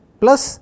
plus